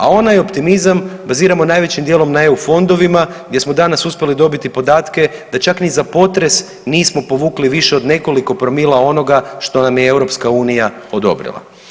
A onaj optimizam baziramo najvećim dijelom na EU fondovima gdje smo danas uspjeli dobiti podatke da čak ni za potres nismo povukli više od nekoliko promila onoga što nam je EU odobrila.